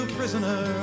prisoner